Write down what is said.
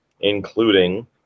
including